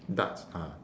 darts ah